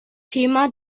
thema